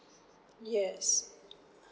yes